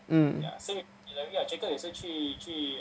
mm